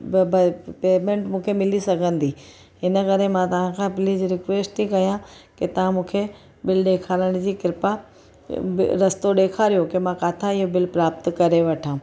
प प भई पेमेंट मूंखे मिली सघंदी इनकरे मां तव्हांखा प्लीज़ रिकवेस्ट थी कयां की तव्हां मूंखे बिल ॾेखारण जी कृपा रस्तो ॾेखारियो के मां किथां हीउ बिल प्राप्त करे वठां